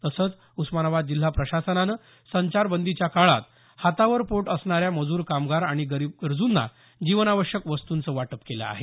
तसंच उस्मानाबाद जिल्हा प्रशासनानं संचारबंदीच्या काळात हातावर पोट असणाऱ्या मजूर कामगार आणि गरिब गरजूंना जीवनावश्यक वस्तूंच वाटप केल आहे